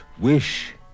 Wish